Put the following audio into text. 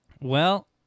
Well-